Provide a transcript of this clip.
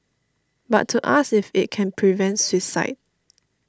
but to ask if it can prevent suicide